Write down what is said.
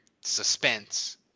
suspense